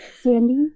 Sandy